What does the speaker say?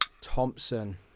Thompson